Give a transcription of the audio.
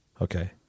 Okay